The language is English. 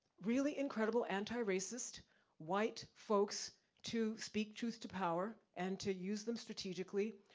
really incredible, anti-racist white folks to speak truth to power and to use them strategically.